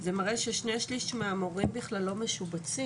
זה מראה ששני שליש מהמורים בכלל לא משובצים,